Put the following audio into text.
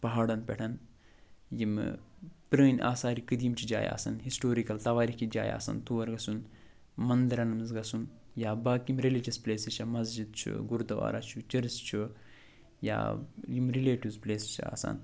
پہاڑَن پٮ۪ٹھ ییٚمہٕ پرٲنۍ آثارِ قدیٖم چھِ جایہِ آسَن ہسٹورِکَل تواریخی جایہِ آسَن طور گژھُن منٛدرَن منٛز گژھُن یا باقٕے رٔلِجَس پٔلیسٕز چھِ مسجد چھُ گُردُوارا چھُ چرچ چھُ یا یِم رٔلیٹِوٕز پٕلیسِز چھِ آسان